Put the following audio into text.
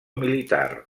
militar